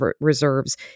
reserves